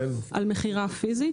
-- על מכירה פיזית,